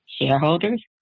Shareholders